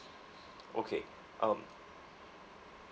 okay um